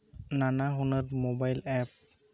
ᱱᱟᱱᱟ ᱦᱩᱱᱟᱹᱨ mobile app